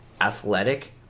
athletic